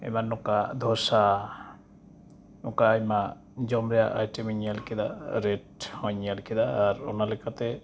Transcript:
ᱮᱵᱟᱨ ᱱᱚᱝᱠᱟ ᱫᱷᱳᱥᱟ ᱱᱚᱱᱠᱟ ᱟᱭᱢᱟ ᱡᱚᱢ ᱨᱮᱭᱟᱜ ᱟᱭᱴᱮᱢᱤᱧ ᱧᱮᱞ ᱠᱮᱫᱟ ᱨᱮᱴᱦᱚᱸᱧ ᱧᱮᱞ ᱠᱮᱫᱟ ᱟᱨ ᱚᱱᱟ ᱞᱮᱠᱟᱛᱮ